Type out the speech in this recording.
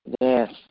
Yes